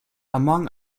among